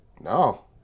No